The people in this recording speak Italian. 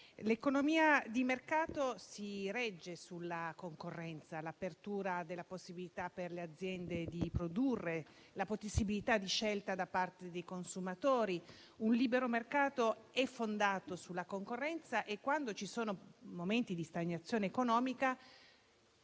l'economia di mercato si regge sulla concorrenza, sull'apertura, sulla possibilità per le aziende di produrre e sulla possibilità di scelta da parte dei consumatori. Un libero mercato è fondato sulla concorrenza e, quando ci sono momenti di stagnazione economica,